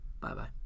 Bye-bye